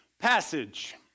passage